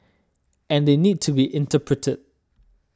and they need to be interpreted